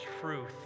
truth